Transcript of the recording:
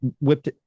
whipped